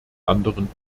anderen